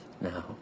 now